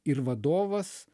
ir vadovas